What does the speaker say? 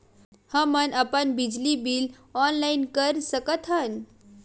हमन अपन बिजली बिल ऑनलाइन कर सकत हन?